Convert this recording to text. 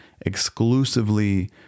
exclusively